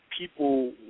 people